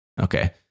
Okay